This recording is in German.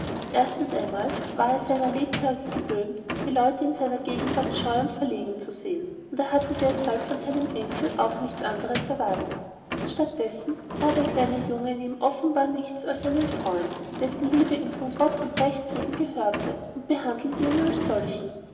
erstens einmal war er seiner lebtage gewöhnt die leute in seiner gegenwart scheu und verlegen zu sehen und hatte deshalb von seinem enkel auch nichts andres erwartet statt dessen sah der kleine junge in ihm offenbar nichts als einen freund dessen liebe ihm von gott und rechts wegen gehörte und behandelte ihn als solchen